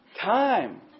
Time